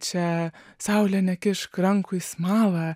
čia saule nekišk rankų į smalą